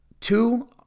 two